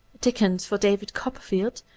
dickens for david copperfield,